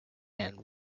and